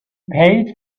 paid